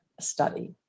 study